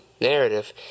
narrative